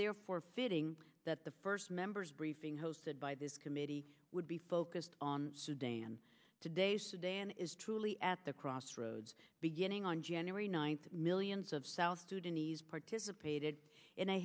therefore fitting that the first members briefing hosted by this committee would be focused on sudan today sudan is truly at the crossroads beginning on january ninth millions of south sudanese participated in a